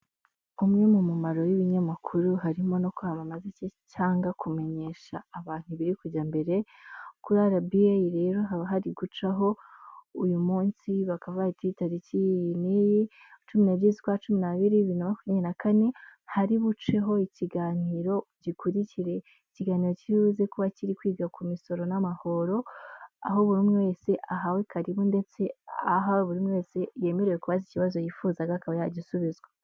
Umwe mu mumaro w'ibinyamakuru harimo no kwamaza iki cyangwa kumenyesha abantu ibiri kujya mbere, kuri arabi eyi rero haba hari gucaho ,uyu munsi bakavuga bati tariki iyi n'iyi cumi n'ebyiri z'ukwa cumi biri na makumyabiri na kane hari buceho ikiganiro gikurikira, ikiganiro kiri buze kuba kiri kwiga ku misoro n'amahoro aho buri wese ahawe karibu ndetse aha buri umwe wese yemerewe kubaza ikibazo yifuzaga akaba yagisubizwa.